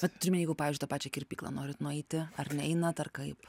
vat turiu omeny jeigu pavyzdžiui į tą pačią kirpyklą norit nueiti ar ne einat ar kaip